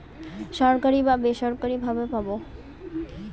সরকারি বা বেসরকারি ভাবে পাবো